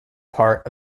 part